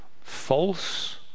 false